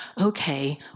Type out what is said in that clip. okay